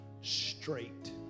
straight